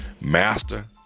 Master